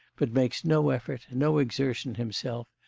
but makes no effort, no exertion himself,